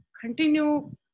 continue